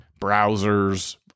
browsers